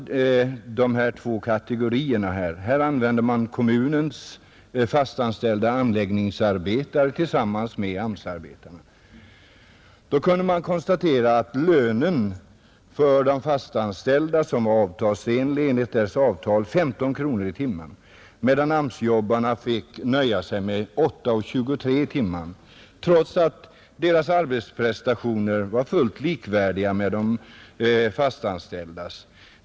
Här använde man kommunens fastanställda anläggningsarbetare tillsammans med AMS arbetare, och det kunde konstateras att lönen för de fastanställda, som var avtalsenlig, var 15 kronor i timmen, medan AMS-jobbarna fick nöja sig med 8:23 i timmen, trots att deras arbetsprestationer var fullt likvärdiga med de fastanställdas.